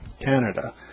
Canada